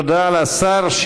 תודה לשר.